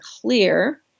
clear